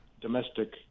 domestic